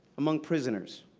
among prisoners.